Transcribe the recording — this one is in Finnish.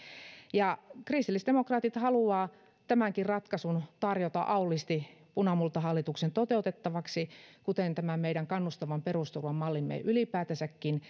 kristillisdemokraatit haluavat tämänkin ratkaisun tarjota auliisti punamultahallituksen toteutettavaksi kuten tämän meidän kannustavan perusturvan mallimme ylipäätänsäkin